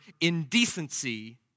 indecency